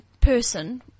person –